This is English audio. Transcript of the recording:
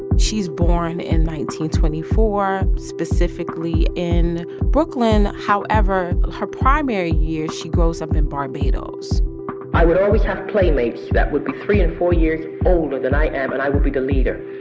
she's born in one twenty four, specifically in brooklyn. however, her primary years, she grows up in barbados i would always have playmates that would be three and four years older than i am, and i would be the leader.